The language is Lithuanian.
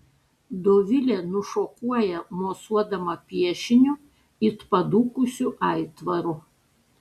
dovilė nušokuoja mosuodama piešiniu it padūkusiu aitvaru